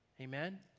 Amen